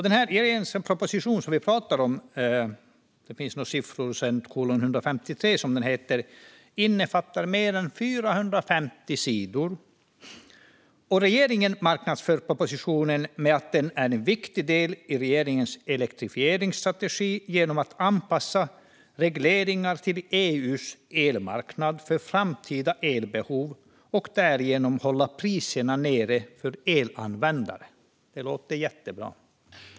Regeringens proposition, som vi pratar om, innefattar mer än 450 sidor. Regeringen marknadsför propositionen med att den är en viktig del i regeringens elektrifieringsstrategi genom att anpassa regleringar till EU:s elmarknad för framtida elbehov och därigenom hålla priserna nere för elanvändare. Det låter jättebra.